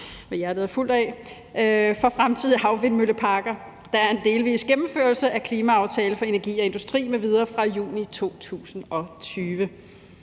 for indfødningstarif for fremtidige havvindmølleparker«, der er en delvis gennemførelse af »Klimaaftale for energi og industri mv.« fra juni 2020.